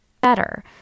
better